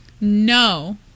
No